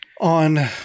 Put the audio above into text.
on